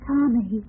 Tommy